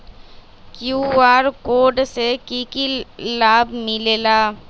QR code से कि कि लाव मिलेला?